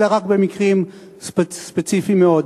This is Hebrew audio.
אלא רק במקרים ספציפיים מאוד.